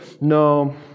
no